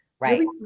Right